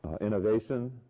innovation